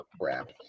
crap